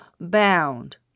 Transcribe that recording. bound